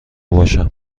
باشم